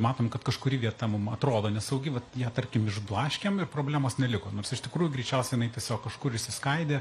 matom kad kažkuri vieta mum atrodo nesaugi vat ją tarkim išblaškėm ir problemos neliko nors iš tikrųjų greičiausiai jinai tiesiog kažkur išsiskaidė